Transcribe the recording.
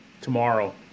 Tomorrow